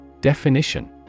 Definition